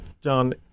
John